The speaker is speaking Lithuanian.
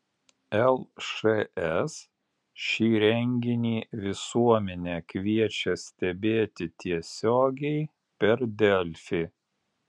lšs šį renginį visuomenę kviečia stebėti tiesiogiai per delfi